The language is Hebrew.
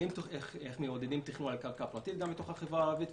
איך מעודדים תכנון על קרקע פרטית בתוך החברה הערבית,